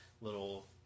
little